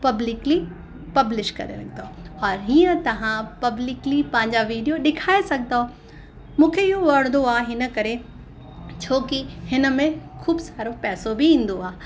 publicly publish करे रखंदौ औरि हीअं तव्हां पब्लिकली पंहिंजा वीडियो ॾिखाए सघंदो मूंखे इहो वणंदो आहे हिन करे छोकी हिन में ख़ूबु सारो पैसो बि ईंदो आहे